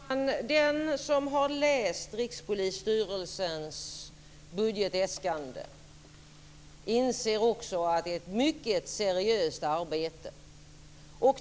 Fru talman! Den som har läst Rikspolisstyrelsens budgetäskande inser också att det är ett mycket seriöst arbete.